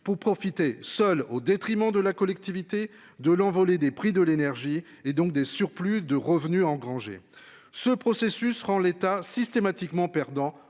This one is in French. pour profiter seul au détriment de la collectivité de l'envolée des prix de l'énergie et donc des surplus de revenus engrangés ce processus rend l'État systématiquement perdant